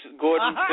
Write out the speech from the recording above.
Gordon